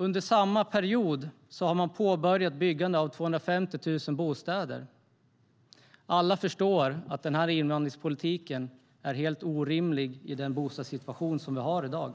Under samma period har man påbörjat byggande av 250 000 bostäder. Alla förstår att den här invandringspolitiken är helt orimlig i den bostadssituation som vi har i dag.